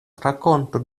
rakontu